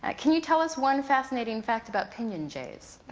ah can you tell us one fascinating fact about pinyon jays?